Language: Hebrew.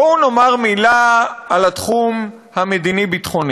בואו נאמר מילה על התחום המדיני-ביטחוני: